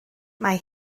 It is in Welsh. mae